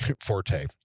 forte